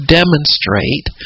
demonstrate